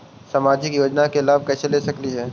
सामाजिक योजना के लाभ कैसे ले सकली हे?